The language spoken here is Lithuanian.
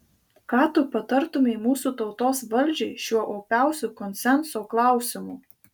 ką tu patartumei mūsų tautos valdžiai šiuo opiausiu konsenso klausimu